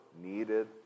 needed